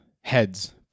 heads